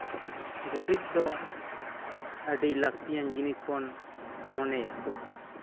ᱜᱩᱨᱤᱡᱽ ᱫᱚ ᱟᱹᱰᱤ ᱞᱟᱹᱠᱛᱤ ᱵᱚᱱ ᱢᱚᱱᱮᱭᱟ